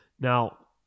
Now